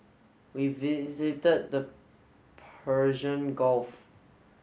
we visited the Persian Gulf